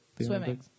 Swimming